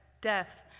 death